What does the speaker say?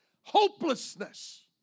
Hopelessness